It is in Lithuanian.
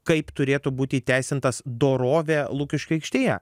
kaip turėtų būti įteisintas dorovė lukiškių aikštėje